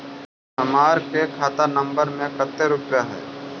हमार के खाता नंबर में कते रूपैया है?